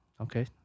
okay